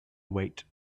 wait